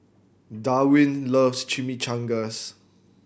Darwin loves Chimichangas